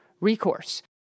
recourse